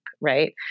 Right